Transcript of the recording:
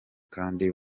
kandi